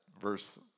verse